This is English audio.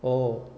oh